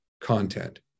content